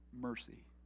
mercy